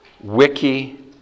Wiki